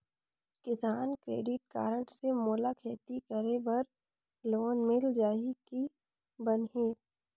किसान credit card से मोला खेती करे बर लोन मिल जाहि की बनही??